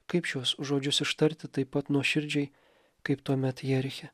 kaip šiuos žodžius ištarti taip pat nuoširdžiai kaip tuomet jeriche